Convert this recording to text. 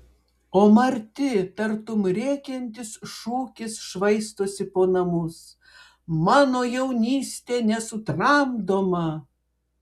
o marti tartum rėkiantis šūkis švaistosi po namus mano jaunystė nesutramdoma